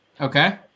okay